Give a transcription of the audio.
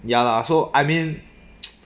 ya lah so I mean